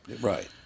right